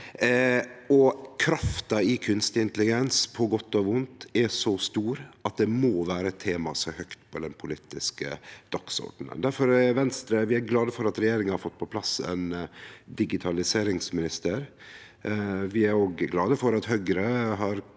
Krafta i kunstig intelligens på godt og vondt er så stor at det må vere eit tema som står høgt på den politiske dagsordenen. Difor er vi i Venstre glade for at regjeringa har fått på plass ein digitaliseringsminister. Vi er òg glade for at Høgre i